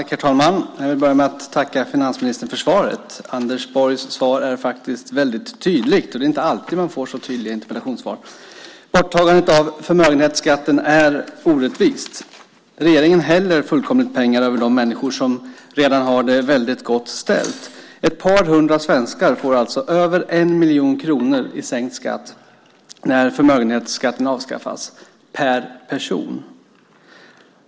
Herr talman! Jag vill börja med att tacka finansministern för svaret. Anders Borgs svar är tydligt; det är inte alltid man får så tydliga interpellationssvar. Borttagandet är förmögenhetsskatten är orättvist. Regeringen fullkomligt häller pengar över de människor som redan har det gott ställt. Ett par hundra svenskar får alltså över 1 miljon kronor i sänkt skatt när förmögenhetsskatten avskaffas - per person.